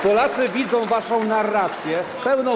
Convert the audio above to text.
Polacy widzą waszą narrację, pełną.